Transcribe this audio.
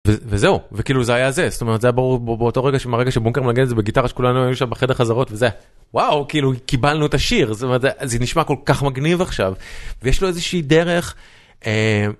וזהו וכאילו זה היה זה זה ברור באותו רגע שמה רגע שבוקר מנגנת בגיטרה שכולנו יושבים בחדר חזרות וזה. וואו כאילו קיבלנו את השיר זה נשמע כל כך מגניב עכשיו ויש לו איזה שהיא דרך. אם.